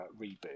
reboot